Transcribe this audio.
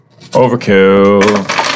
Overkill